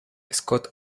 scott